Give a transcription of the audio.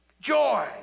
joy